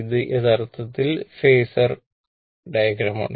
ഇത് യഥാർത്ഥത്തിൽ phasor ഡയഗ്രമാണ്